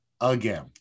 again